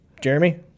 Jeremy